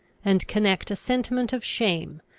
and connect a sentiment of shame,